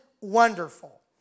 wonderful